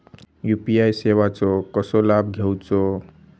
UPI सेवाचो कसो लाभ घेवचो?